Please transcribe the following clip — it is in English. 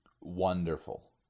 wonderful